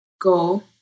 go